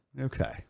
okay